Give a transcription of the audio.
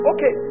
Okay